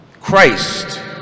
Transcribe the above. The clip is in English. Christ